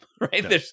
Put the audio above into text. Right